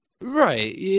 Right